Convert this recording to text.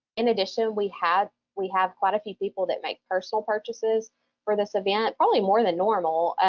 in addition, we have we have quite a few people that make personal purchases for this event, probably more than normal,